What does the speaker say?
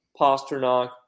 Pasternak